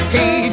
Hey